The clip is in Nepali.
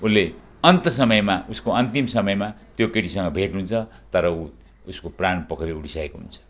उसले अन्त समयमा उसको अन्तिम समयमा त्यो केटीसँग भेट हुन्छ तर ऊ उसको प्राणपखेरु उडिसकेको हुन्छ